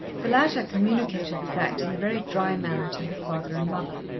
the latter communicated the fact in a very dry manner to her father and mother.